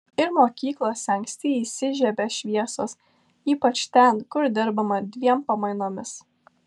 ir mokyklose anksti įsižiebia šviesos ypač ten kur dirbama dviem pamainomis